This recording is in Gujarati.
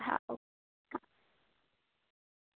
હા ઓકે હા